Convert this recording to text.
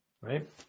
right